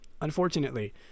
Unfortunately